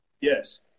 Yes